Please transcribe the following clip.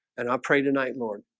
and i pray tonight lord